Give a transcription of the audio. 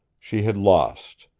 she had lost,